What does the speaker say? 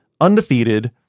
undefeated